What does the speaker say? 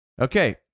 Okay